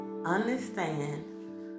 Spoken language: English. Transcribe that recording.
understand